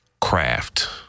craft